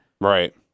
Right